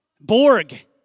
Borg